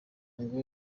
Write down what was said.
ngo